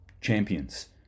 champions